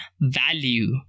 value